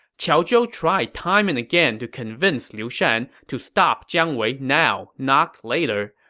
qiao zhou tried time and again to convince liu shan to stop jiang wei now, not later,